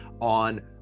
on